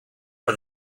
for